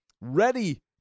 ready